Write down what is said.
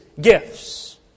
gifts